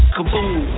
Kaboom